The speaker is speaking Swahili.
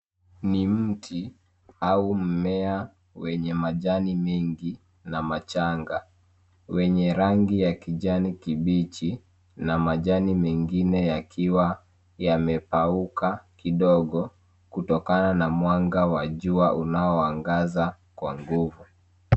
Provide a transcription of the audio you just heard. Ni mti au mmea wenye majani mengi na machanga wenye rangi ya kijani kibichi na majani mengine yakiwa yamepauka kidogo kutokana na mwanga wa jua unaoangaza kwa nguvu.